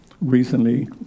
Recently